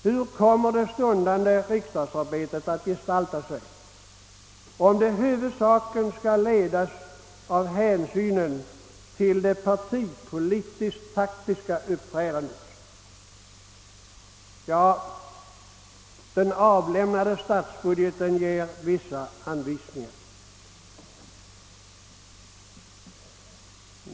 Hur kommer det stundande riksdagsarbetet att gestalta sig om det huvudsakligen skall ledas av hänsynen till det partipolitiskt taktiska uppträdandet? Ja, den avlämnade statsbudgeten ger vissa anvisningar.